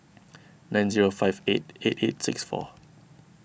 nine zero five eight eight eight six four